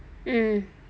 mm